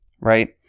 right